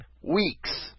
weeks